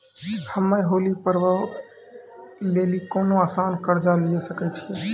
हम्मय होली पर्व लेली कोनो आसान कर्ज लिये सकय छियै?